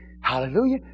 Hallelujah